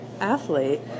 athlete